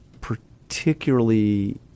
particularly